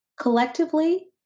Collectively